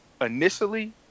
initially